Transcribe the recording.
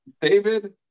David